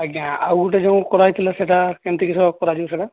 ଆଜ୍ଞା ଆଉ ଗୋଟେ ଯେଉଁ କରା ହୋଇଥିଲା ସେଇଟା କେମିତି କିସ କରାଯିବ ସେଇଟା